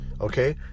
okay